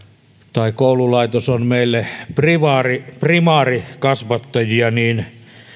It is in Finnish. tai koululaitos on meille primaarikasvattajia primaarikasvattajia niin